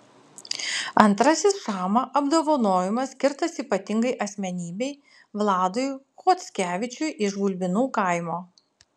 antrasis šama apdovanojimas skirtas ypatingai asmenybei vladui chockevičiui iš gulbinų kaimo